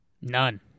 None